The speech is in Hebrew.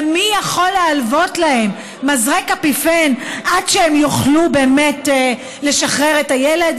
מי יכול להלוות להם מזרק אפיפן עד שהם יוכלו לשחרר את הילד,